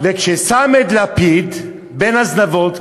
וכששם את לפיד בין הזנבות,